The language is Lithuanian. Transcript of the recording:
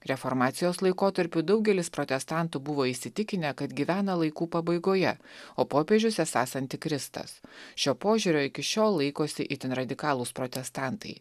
reformacijos laikotarpiu daugelis protestantų buvo įsitikinę kad gyvena laikų pabaigoje o popiežius esąs antikristas šio požiūrio iki šiol laikosi itin radikalūs protestantai